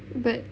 but